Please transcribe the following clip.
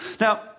Now